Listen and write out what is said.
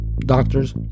doctors